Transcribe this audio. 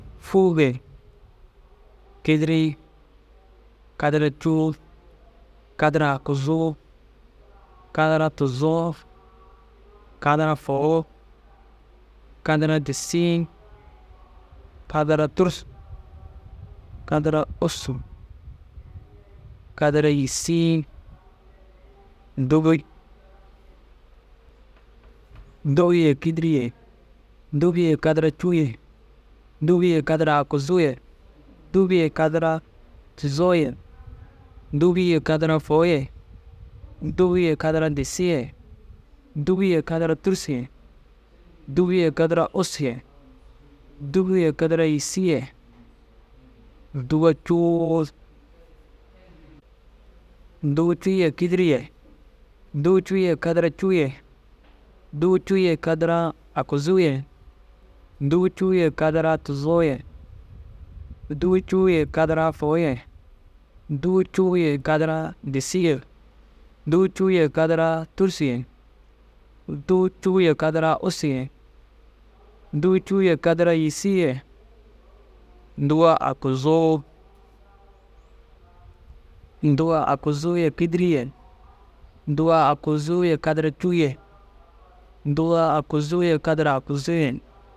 Fûuge, kîdiri, kadara cûu, kadara aguzuu, kadara tuzoo, kadara fôu, kadara disii, kadara tûrusu, kadara ussu, kadara yîsii, dûbu. Dûu ye kîdiri ye, dûbu ye kadara cûu ye, dûbu ye kadara aguzuu ye, dûbu ye kadara tuzoo ye, dûbu ye kadara fôu ye, dûbu ye kadara disii ye, dûbu ye kadara tûrusu ye, dûbu ye kadara ussu ye, dûbu ye kadara yîsii ye, duwa cûu. Dûu cûu ye kîdiri ye, dûu cûu ye kadara cûu ye, dûu cûu ye kadara aguzuu ye, dûu cûu ye kadara tuzoo ye, dûu cûu ye kadara fôu ye, dûu cûu ye kadara disii ye, dûu cûu ye kadara tûrusu ye, dûu cûu ye kadara ussu ye, dûu cûu ye kadara yîsii ye, dûwa aguzuu. Dûwa aguzuu ye kîdiri ye, dûwa aguzuu ye kadara cûu ye, dûwa aguzuu ye kadara aguzuu ye.